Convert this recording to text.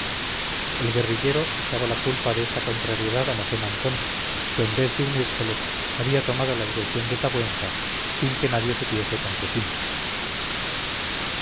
el guerrillero echaba la culpa de esta contrariedad a mosén antón que en vez de unírsele había tomado la dirección de tabuenca sin que nadie supiese con qué fin